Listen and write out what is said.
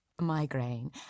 migraine